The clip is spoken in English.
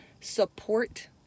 support